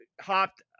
hopped